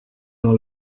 dans